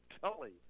Tully